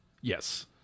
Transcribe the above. Yes